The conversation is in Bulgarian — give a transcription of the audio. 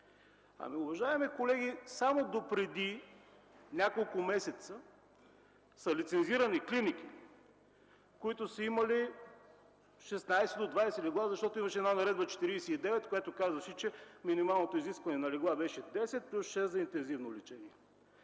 Уважаеми колеги, само допреди няколко месеца са лицензирани клиники, които са имали от 16 до 20 легла, защото имаше една Наредба № 49, която казваше, че минималното изискване на легла е 10 плюс 6 за интензивно лечение.